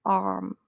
arm